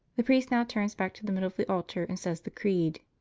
the priest now turns back to the middle of the altar and says the creed.